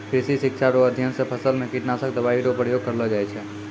कृषि शिक्षा रो अध्ययन से फसल मे कीटनाशक दवाई रो प्रयोग करलो जाय छै